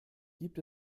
gibt